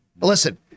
Listen